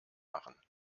machen